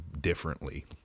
differently